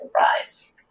rise